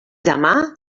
demà